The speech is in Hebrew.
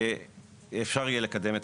אפשר יהיה לקדם,